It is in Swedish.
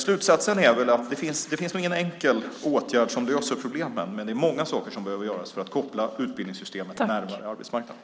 Slutsatsen är att det inte finns någon enkel åtgärd som löser problemen. Det är många saker som behöver göras för att koppla utbildningssystemet närmare arbetsmarknaden.